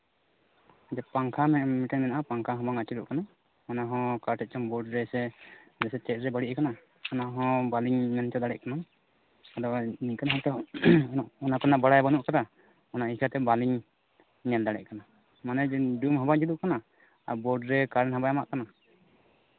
ᱯᱟᱝᱠᱷᱟ ᱢᱮᱫᱴᱮᱱ ᱢᱮᱱᱟᱜᱼᱟ ᱯᱟᱝᱠᱷᱟ ᱦᱚᱸ ᱵᱟᱝ ᱟᱹᱪᱩᱨᱚᱜ ᱠᱟᱱᱟ ᱚᱱᱟ ᱦᱚᱸ ᱚᱠᱟᱴᱷᱮᱡ ᱪᱚᱝ ᱵᱳᱰ ᱨᱮ ᱥᱮ ᱪᱮᱫ ᱨᱮ ᱵᱟᱹᱲᱤᱡ ᱟᱠᱟᱱᱟ ᱚᱱᱟ ᱦᱚᱸ ᱵᱟᱹᱞᱤᱧ ᱢᱮᱱ ᱦᱚᱪᱚ ᱫᱟᱲᱮᱜ ᱠᱟᱱᱟ ᱟᱫᱚ ᱱᱤᱝᱠᱟᱹᱱ ᱦᱚᱲ ᱛᱚ ᱚᱱᱟ ᱠᱚᱨᱮᱱᱟᱜ ᱵᱟᱲᱟᱭ ᱵᱟᱹᱱᱩᱜ ᱠᱟᱫᱟ ᱢᱟᱱᱮ ᱤᱱᱠᱟᱹᱛᱮ ᱵᱟᱹᱞᱤᱧ ᱧᱮᱞ ᱫᱟᱲᱮᱜ ᱠᱟᱱᱟ ᱢᱟᱱᱮ ᱰᱩᱢ ᱦᱚᱸ ᱵᱟᱝ ᱡᱩᱞᱩᱜ ᱠᱟᱱᱟ ᱟᱨ ᱵᱳᱰ ᱨᱮ ᱠᱟᱨᱮᱱᱴ ᱦᱚᱸ ᱵᱟᱭ ᱮᱢᱟᱜ ᱠᱟᱱᱟ